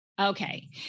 Okay